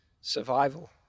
survival